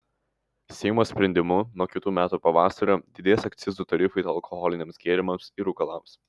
seimo sprendimu nuo kitų metų pavasario didės akcizų tarifai alkoholiniams gėrimams ir rūkalams